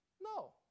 No